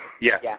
Yes